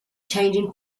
changing